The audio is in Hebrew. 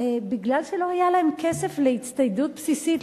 בגלל שלא היה להן כסף להצטיידות בסיסית,